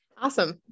awesome